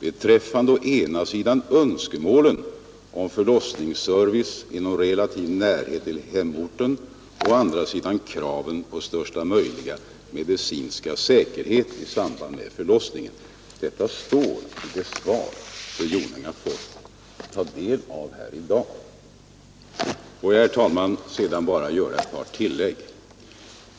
beträffande å ena sidan önskemålen om förlossningsservice inom relativ närhet till hemorten och å andra sidan kraven på största möjliga medicinska säkerhet i samband med förlossningen.” Detta står i det svar som fru Jonäng har fått i dag. Får jag sedan bara göra ett par tillägg.